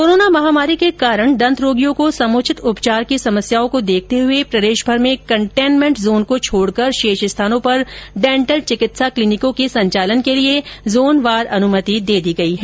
corona महामारी के कारण दंत रोगियों को समुचित उपचार की समस्याओं को देखते हुए प्रदेशभर में कन्टेनमेंट जोन को छोड़कर शेष स्थानों पर डेंटल चिकित्सा क्लीनिकों के संचालन के लिये जोनवार अनुमति दे दी गयी है